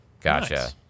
Gotcha